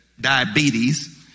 diabetes